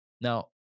Now